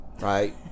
right